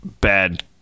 bad